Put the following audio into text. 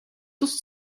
das